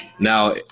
Now